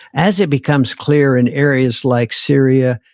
as it becomes clear in areas like syria,